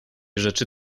rzeczy